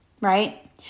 right